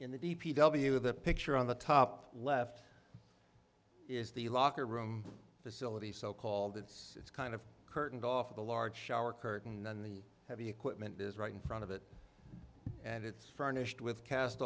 in the d p w of the picture on the top left is the locker room facility so called it's kind of curtains off of the large shower curtain on the heavy equipment is right in front of it and it's furnished with cast